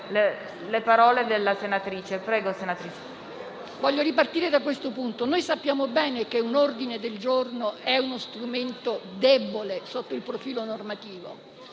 voglio ripartire da questo punto. Noi sappiamo bene che un ordine del giorno è uno strumento debole sotto il profilo normativo,